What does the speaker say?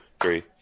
three